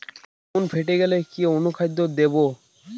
বেগুন ফেটে গেলে কি অনুখাদ্য দেবো?